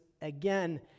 again